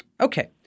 Okay